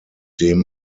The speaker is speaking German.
dem